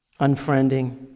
unfriending